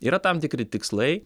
yra tam tikri tikslai